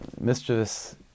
mischievous